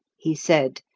he said,